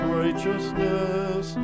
righteousness